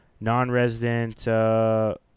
non-resident